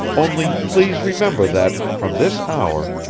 only please remember that, from this hour,